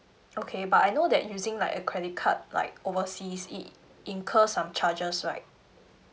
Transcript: okay but I know that using like a credit card like overseas it incur some charges right